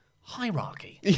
Hierarchy